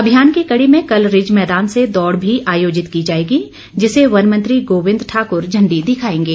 अभियान की कड़ी में कल रिज मैदान से दौड़ भी आयोजित की जाएगी जिसे वनमंत्री गोबिंद ठाक्र झंडी दिखाएंगे